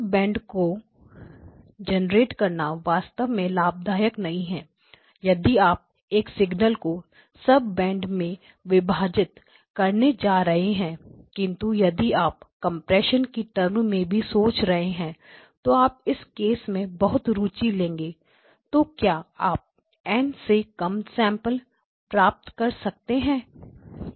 sub band को generate करना वास्तव में लाभदायक नहीं है यदि आप एक सिग्नल को सब बैंड में विभाजित करने जा रहे हैं किंतु यदि आप कंप्रेशन की टर्म में भी सोच रहे हैं तो आप इस केस में बहुत रुचि लेंगे तो क्या आप N से कम sample less than N samplessec प्राप्त कर सकते हैं